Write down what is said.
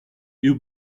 you